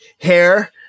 hair